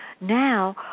now